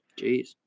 Jeez